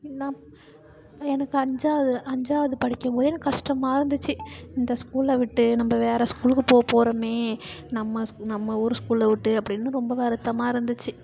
நாம் எனக்கு அஞ்சாவது அஞ்சாவது படிக்கும் போதே எனக்கு கஷ்டமாக இருந்துச்சு இந்த ஸ்கூலை விட்டு நம்ப வேறு ஸ்கூலுக்கு போகப் போகிறோமே நம்ம ஸ் நம்ம ஊர் ஸ்கூலை விட்டு அப்படின்னு ரொம்ப வருத்தமாக இருந்துச்சு